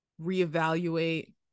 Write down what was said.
reevaluate